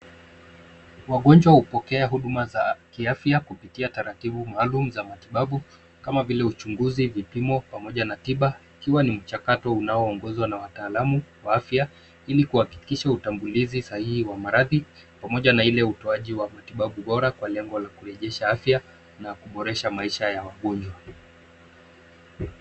Wagonjwa hupokea huduma za kiafya kupitia taratibu maalum za matibabu kama vile uchunguzi vipimo pamoja na tiba ikiwa ni mchakato unaoongozwa na wataalamu wa afya hili kuakikisha utambulizi sahihi wa maradhi pamoja na ile utoaji wa matibabu bora kwa lengo za kurejesha afya na kuboresha maisha ya wagonjwa.